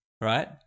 right